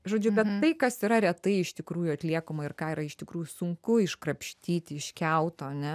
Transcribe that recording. žodžiu bet tai kas yra retai iš tikrųjų atliekama ir ką yra iš tikrųjų sunku iškrapštyti iš kiauto ane